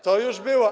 To już było.